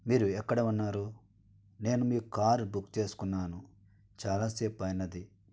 మీరు ఎక్కడ ఉన్నారు నేను మీ కార్ బుక్ చేసుకున్నాను చాలాసేపు అయినది